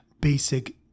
basic